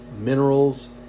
minerals